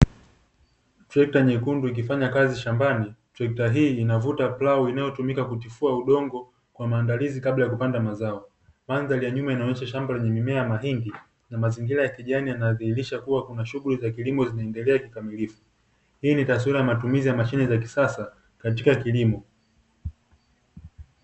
Trekta nyekundu ikifanya kazi shambani, trekta hii inavuta plau inayotumika kutifua udongo kwa maandalizi kabla ya kupanda mazao, mandhari ya nyuma inaonesha shamba lenye mazao ya mahindi na mazingira ya kijani yanadhihirisha kuwa kunashughuli za kilimo zinaendelea kikamilifu. Hii ni taswira ya matumizi ya mashine za kisasa katika kilimo.